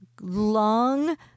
long